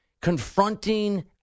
confronting